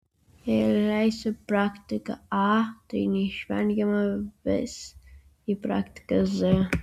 jei leisi praktiką a tai neišvengiamai ves į praktiką z